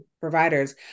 providers